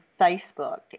Facebook